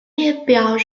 列表